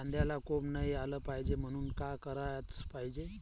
कांद्याला कोंब नाई आलं पायजे म्हनून का कराच पायजे?